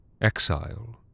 Exile